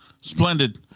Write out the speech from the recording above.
Splendid